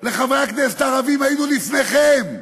לחברי הכנסת הערבים: היינו לפניכם.